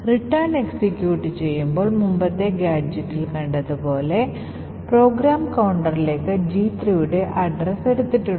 return execute ചെയ്യുമ്പോൾ മുമ്പത്തെ ഗാഡ്ജെറ്റിൽ കണ്ടതുപോലെ പ്രോഗ്രാം കൌണ്ടറിലേക്ക് G3 യുടെ വിലാസം എടുത്തിട്ടുണ്ട്